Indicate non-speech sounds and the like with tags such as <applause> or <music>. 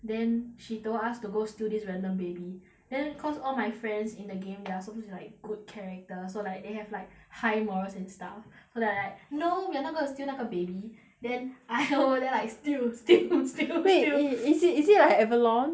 then she told us to go steal this random baby then cause all my friends in the game they're suppose to be like good character so like they have like high morals and stuff so that I like no we're not gonna steal 那个 baby then I will then like steal steal steal steal <laughs> wait i~ is~it is it like Avalon